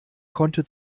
konnte